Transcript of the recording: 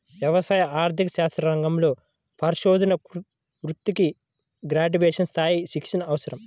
వ్యవసాయ ఆర్థిక శాస్త్ర రంగంలో పరిశోధనా వృత్తికి గ్రాడ్యుయేట్ స్థాయి శిక్షణ అవసరం